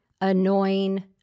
annoying